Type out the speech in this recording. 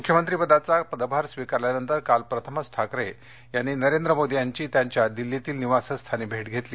मुख्यमंत्री पदाचा पदभार स्वीकारल्यानंतर काल प्रथमच ठाकरे यांनी नरेंद्र मोदी यांची त्यांच्या दिल्लीतील निवासस्थानी भेट घेतली